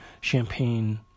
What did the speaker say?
champagne